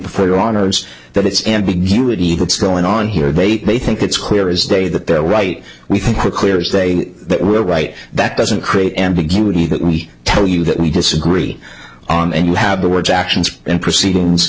before your honor's that it's ambiguity what's going on here they may think it's clear as day that they're right we think we're clear as they were right that doesn't create ambiguity that we tell you that we disagree on and you have the words actions and proceedings